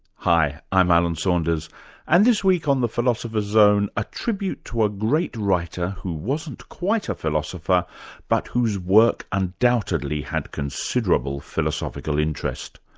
hi, i'm alan saunders and this week on the philosopher's zone, a tribute to a great writer who wasn't quite a philosopher but whose work undoubtedly had considerable philosophical interest.